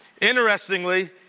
interestingly